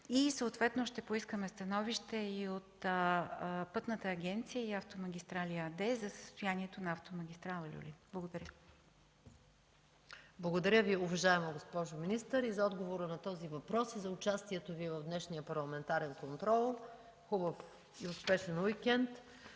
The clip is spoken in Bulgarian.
и съответно ще поискаме становище от „Пътната агенция и автомагистрали” АД за състоянието на автомагистрала „Люлин”. Благодаря. ПРЕДСЕДАТЕЛ МАЯ МАНОЛОВА: Благодаря Ви, уважаема госпожо министър, за отговора на този въпрос и за участието Ви в днешния парламентарен контрол. Хубав и успешен уикенд.